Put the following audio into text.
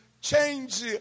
change